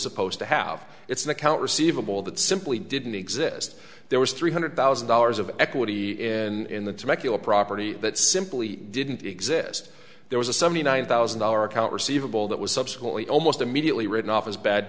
supposed to have it's an account receivable that simply didn't exist there was three hundred thousand dollars of equity in the temecula property that simply didn't exist there was a seventy nine thousand dollar account receivable that was subsequently almost immediately written off as